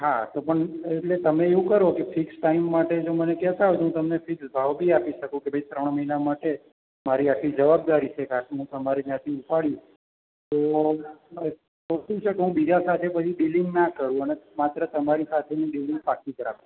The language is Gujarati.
હાં તો એટલે તમે એવું કરો કે ફિક્સ ટાઈમ માટે જો મને કહેતા હોય તો હું ફિક્સ ભાવ બી આપી શકું કે ત્રણ મહિના માટે મારી આટલી જવાબદારી છે કે આટલું તમારે ત્યાંથી ઉપાડી તો તો શું છે કે હું બીજા સાથે પછી ડીલિંગ ના કરું અને માત્ર તમારી સાથેની ડીલિંગ પાક્કી રાખું